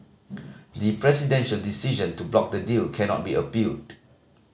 the presidential decision to block the deal cannot be appealed